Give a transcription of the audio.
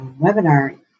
webinar